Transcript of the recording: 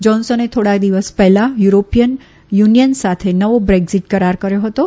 જોન્સને થોડાક દિવસ પહેલા યુરોપીયન યુનીયન સાથે નવો બ્રેકઝીટ કરાર કર્યો હતનો